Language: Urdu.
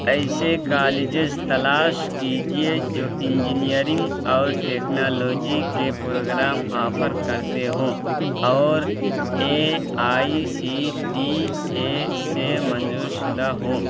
ایسے کالجز تلاش کیجیے جو انجینئرنگ اور ٹیکنالوجی کے پروگرام آفر کرتے ہوں اور A I C T E سے منظور شدہ ہوں